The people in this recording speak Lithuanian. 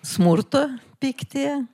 smurto pyktyje